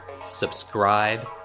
subscribe